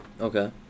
Okay